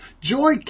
Joy